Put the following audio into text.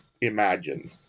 imagine